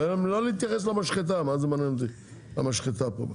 ולא להתייחס למשחטה, מה זה מעניין אותי המשחטה פה.